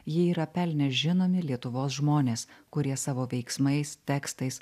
jį yra pelnę žinomi lietuvos žmonės kurie savo veiksmais tekstais